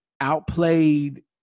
outplayed